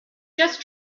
just